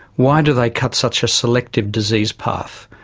why do they cut such a selective disease path?